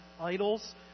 idols